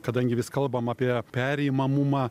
kadangi vis kalbame apie perimamumą